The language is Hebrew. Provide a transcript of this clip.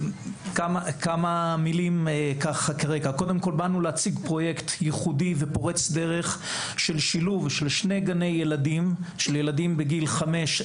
באנו להציג פרויקט ייחודי ופורץ דרך של שילוב שני גני ילדים בגיל 5,